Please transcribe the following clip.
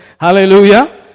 Hallelujah